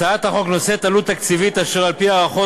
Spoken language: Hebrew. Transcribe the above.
הצעת החוק נושאת עלות תקציבית אשר על-פי הערכות